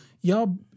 Y'all